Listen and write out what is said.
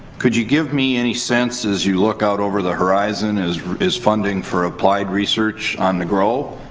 could you give me any sense, as you look out over the horizon, is is funding for applied research on the grow?